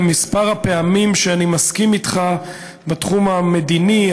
מספר הפעמים שאני מסכים איתך בתחום המדיני,